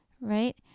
right